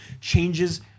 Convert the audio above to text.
changes